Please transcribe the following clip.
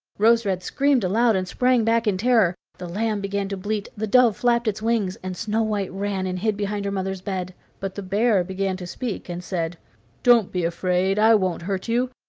rose-red screamed aloud and sprang back in terror, the lamb began to bleat, the dove flapped its wings, and snow-white ran and hid behind her mother's bed. but the bear began to speak, and said don't be afraid i won't hurt you.